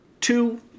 two